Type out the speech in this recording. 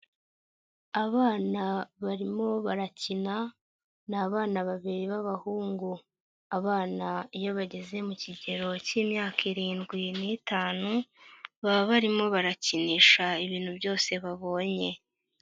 Abana barimo barakina, ni abana babiri b'abahungu. Abana iyo bageze mu kigero cy'imyaka irindwi n'itanu, baba barimo barakinisha ibintu byose babonye.